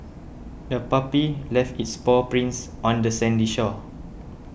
the puppy left its paw prints on the sandy shore